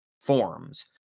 forms